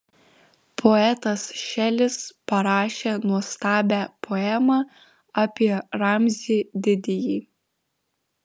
poetas šelis parašė nuostabią poemą apie ramzį didįjį